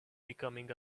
becoming